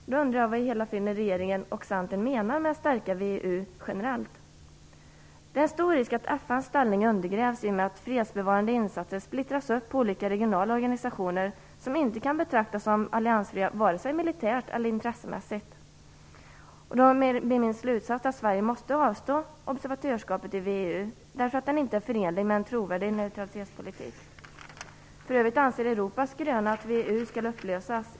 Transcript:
Vad i hela friden menar regeringen och Centern med formuleringen om att stärka VEU generellt? Risken är stor att FN:s ställning undergrävs i och med att fredsbevarande insatser splittras upp på olika regionala organisationer som inte kan betraktas som alliansfria vare sig militärt eller intressemässigt. Min slutsats blir då att Sverige måste avstå från observatörsskapet i VEU, därför att det inte är förenligt med en trovärdig neutralitetspolitik. För övrigt anser Europas Gröna att VEU skall upplösas.